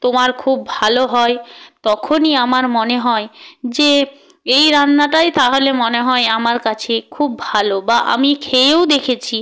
তোমার খুব ভালো হয় তখনই আমার মনে হয় যে এই রান্নাটাই তাহলে মনে হয় আমার কাছে খুব ভালো বা আমি খেয়েও দেখেছি